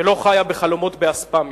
ולא חיה בחלומות באספמיה.